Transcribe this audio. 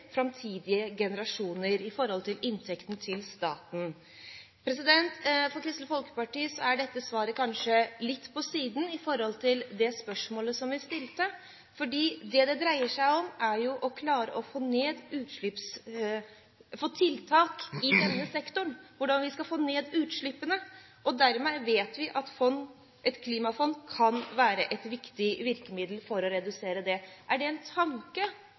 framtidige generasjoner med tanke på inntektene til staten. For Kristelig Folkeparti er dette svaret kanskje litt på siden i forhold til det spørsmålet vi stilte, fordi det det dreier seg om, er å få tiltak i denne sektoren for å få ned utslippene, og dermed vet vi at et klimafond kan være et viktig virkemiddel for å redusere det. Er det en tanke